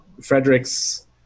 Frederick's